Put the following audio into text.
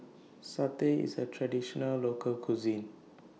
Satay IS A Traditional Local Cuisine